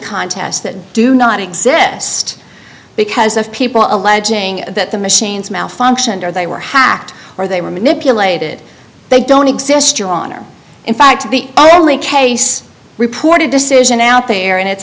contests that do not exist because of people alleging that the machines malfunctioned or they were hacked or they were manipulated they don't exist your honor in fact the only case reported decision out there and it's